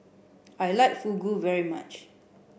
I like Fugu very much